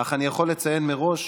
אך אני יכול לציין מראש,